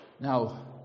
Now